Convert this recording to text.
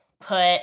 put